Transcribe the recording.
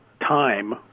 time